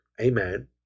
amen